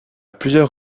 plusieurs